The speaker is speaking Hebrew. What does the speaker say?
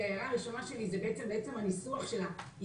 ההערה הראשונה שלי זה לעצם הניסוח שלה.